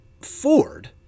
Ford